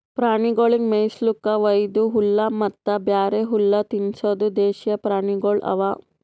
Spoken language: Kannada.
ಪ್ರಾಣಿಗೊಳಿಗ್ ಮೇಯಿಸ್ಲುಕ್ ವೈದು ಹುಲ್ಲ ಮತ್ತ ಬ್ಯಾರೆ ಹುಲ್ಲ ತಿನುಸದ್ ದೇಶೀಯ ಪ್ರಾಣಿಗೊಳ್ ಅವಾ